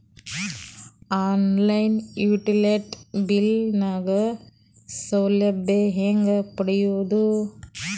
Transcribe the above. On line utility bill ಗ ಸೌಲಭ್ಯ ಹೇಂಗ ಪಡೆಯೋದು?